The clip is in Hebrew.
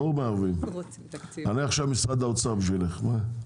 אני עכשיו משרד האוצר בשבילך.